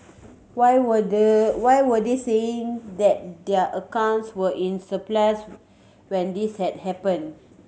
why were the why were they saying that their accounts were in surplus when this had happen